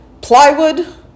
plywood